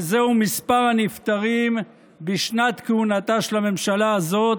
וזהו מספר הנפטרים בשנת כהונתה של הממשלה הזאת,